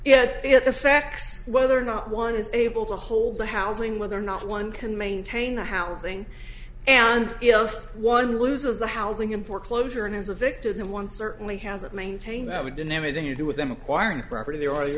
yes it affects whether or not one is able to hold the housing whether or not one can maintain the housing and if one loses the housing in foreclosure and has a victim one certainly hasn't maintain that we didn't have anything to do with them acquiring property there